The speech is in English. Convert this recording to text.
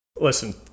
Listen